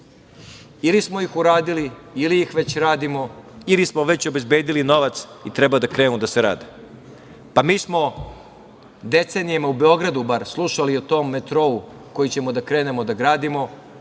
ili smo ih uradili, ili ih već radimo, ili smo obezbedili novac i treba da krenu da se rade. Mi smo decenijama u Beogradu bar, slušali o tom metrou koji ćemo da krenemo da gradimo.